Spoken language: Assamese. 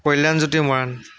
কল্যাণ জ্যোতি মৰাণ